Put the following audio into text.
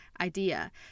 idea